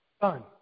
done